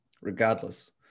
regardless